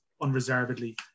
unreservedly